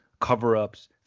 cover-ups